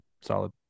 Solid